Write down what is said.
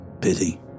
Pity